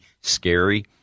scary